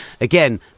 again